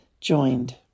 joined